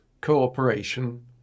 cooperation